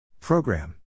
Program